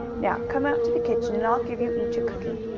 now come out to the kitchen and i'll give you each a cookie.